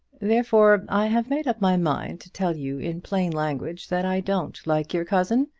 therefore i have made up my mind to tell you in plain language that i don't like your cousin,